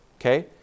Okay